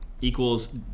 Equals